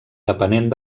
depenent